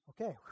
Okay